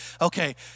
okay